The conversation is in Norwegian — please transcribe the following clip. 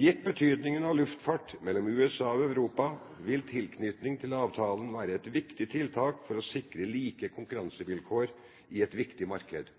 Gitt betydningen av luftfart mellom USA og Europa vil tilknytning til avtalen være et viktig tiltak for å sikre like konkurransevilkår i et viktig marked.